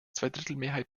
zweidrittelmehrheit